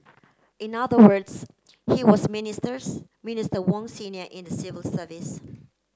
in other words he was minsters Minister Wong senior in the civil service